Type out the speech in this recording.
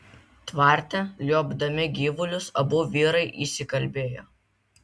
tvarte liuobdami gyvulius abu vyrai įsikalbėjo